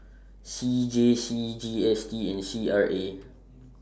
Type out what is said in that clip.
C J C G S T and C R A